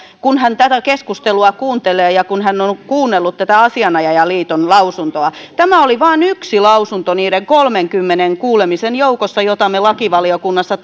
kun hän tätä keskustelua kuuntelee ja ja kun hän on on kuunnellut asianajajaliiton lausuntoa tämä oli vain yksi lausunto niiden kolmenkymmenen kuulemisen joukossa joita me lakivaliokunnassa